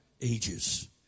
ages